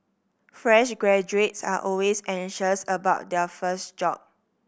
fresh graduates are always anxious about their first job